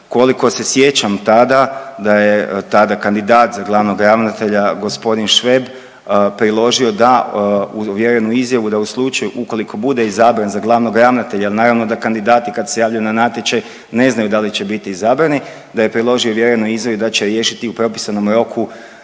Koliko se sjećam tada da je tada kandidat za glavnog ravnatelja g. Šveb priložio da, ovjerenu izjavu da u slučaju ukoliko bude izabran za glavnog ravnatelja, naravno da kandidati kad se javljaju na natječaj ne znaju da li će biti izabrani, da je priložio ovjerenu izjavu i da će riješiti u propisanom roku